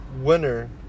winner